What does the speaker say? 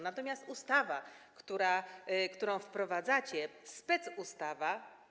Natomiast ustawa, którą wprowadzacie, specustawa.